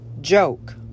joke